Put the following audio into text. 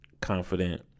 confident